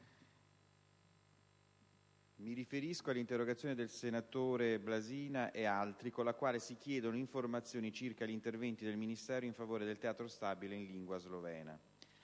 mi riferisco all'interrogazione della senatrice Blazina e di altri senatori con la quale si chiedono informazioni circa gli interventi del Ministero in favore del Teatro stabile in lingua slovena.